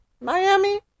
Miami